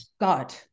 God